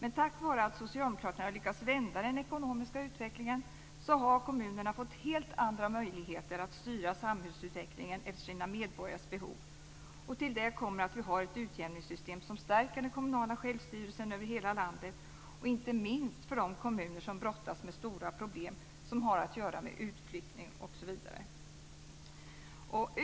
Men tack vare att socialdemokraterna lyckades vända den ekonomiska utvecklingen har kommunerna fått helt andra möjligheter att styra samhällsutvecklingen efter sina medborgares behov. Till det kommer att vi har ett utjämningssystem som stärker den kommunala självstyrelsen över hela landet, inte minst för de kommuner som brottas med stora problem som har att göra med utflyttning osv.